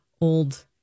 old